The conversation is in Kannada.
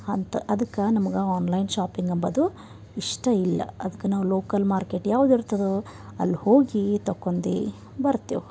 ಅಂತ ಅದಕ್ಕೆ ನಮಗೆ ಆನ್ಲೈನ್ ಶಾಪಿಂಗ್ ಅಂಬದು ಇಷ್ಟ ಇಲ್ಲ ಅದಕ್ಕೆ ನಾವು ಲೋಕಲ್ ಮಾರ್ಕೆಟ್ ಯಾವುದಿರ್ತದೋ ಅಲ್ಲಿ ಹೋಗಿ ತಕೊಂಡಿ ಬರ್ತೆವೆ